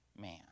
man